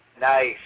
Nice